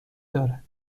دارد